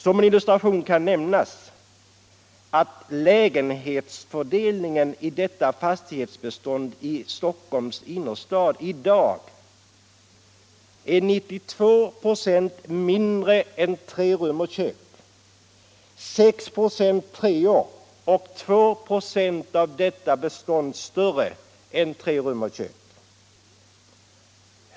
Som en illustration kan nämnas att lägenhetsfördelningen i detta bestånd i Stockholms innerstad i dag är 92 26 lägenheter med mindre än 3 rum och kök, 6 926 med 3 rum och kök och 2 26 större än 3 rum och kök.